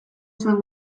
zuen